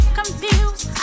confused